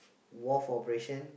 wharf operation